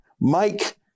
Mike